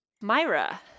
Myra